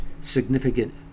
significant